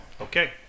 Okay